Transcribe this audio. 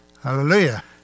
Hallelujah